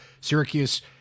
Syracuse